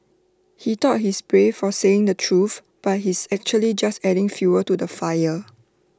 he thought he's brave for saying the truth but he's actually just adding fuel to the fire